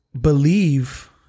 believe